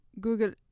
Google